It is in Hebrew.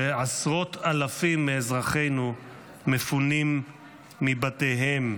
ועשרות אלפים מאזרחינו מפונים מבתיהם.